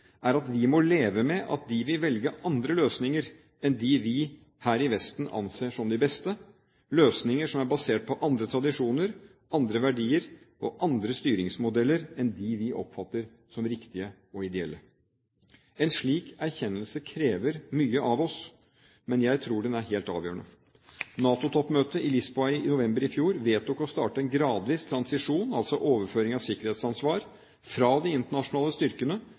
er at vi må leve med at de vil velge andre løsninger enn de vi her i Vesten anser som de beste – løsninger som er basert på andre tradisjoner, andre verdier og andre styringsmodeller enn dem vi oppfatter som riktige og ideelle. En slik erkjennelse krever mye av oss, men jeg tror den er helt avgjørende. NATO-toppmøtet i Lisboa i november i fjor vedtok å starte en gradvis transisjon, altså overføring av sikkerhetsansvar, fra de internasjonale styrkene